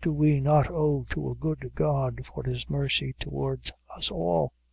do we not owe to a good god for his mercy towards us all?